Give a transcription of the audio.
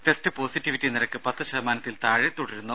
test positivity നിരക്ക് പത്ത് ശതമാനത്തിൽ താഴെ തുടരുന്നു